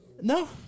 No